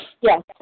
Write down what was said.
Yes